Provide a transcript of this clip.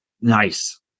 nice